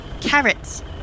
carrots